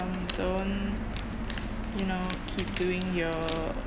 don't you know keep doing your